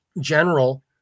general